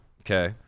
Okay